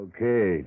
Okay